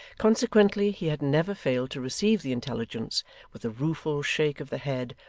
consequently, he had never failed to receive the intelligence with a rueful shake of the head,